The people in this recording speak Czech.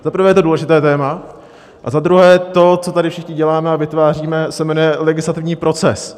Za prvé, je to důležité téma, a za druhé, to, co tady všichni děláme a vytváříme, se jmenuje legislativní proces.